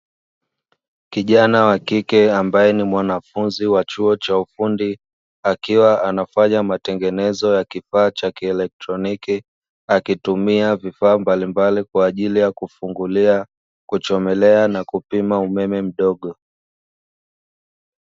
Kijana wa kike ambaye ni mwanafunzi wa chuo cha ufundi akiwa anafanya matengenezo ya kifaa cha kielektroniki, akitumia vifaa mbalimbali kwa ajili ya kufungulia, kuchomelea, na kupima umeme mdogo.